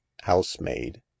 housemaid